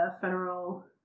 federal